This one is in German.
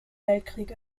weltkrieg